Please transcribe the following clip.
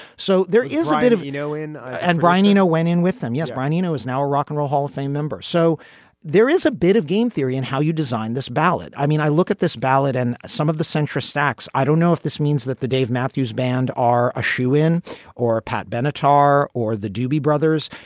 so there is a bit of, you know, in and brian eno went in with them. yes. brian eno is now a rock n and roll hall of fame member. so there is a bit of game theory in how you designed this ballad. i mean, i look at this ballad and some of the central stacks. i don't know if this means that the dave matthews band are a shoo in or pat benatar ha. or the doobie brothers.